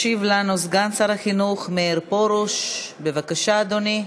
ישיב לנו סגן שר החינוך מאיר פרוש, בבקשה, אדוני.